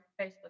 Facebook